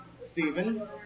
Stephen